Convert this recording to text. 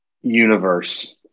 universe